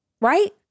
right